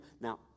Now